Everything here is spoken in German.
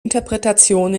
interpretation